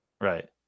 Right